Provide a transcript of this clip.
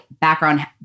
background